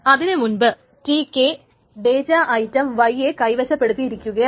അതിനുമുൻപ് Tk data item y യെ കൈവശപ്പെടുത്തി ഇരിക്കുകയായിരുന്നു